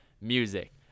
music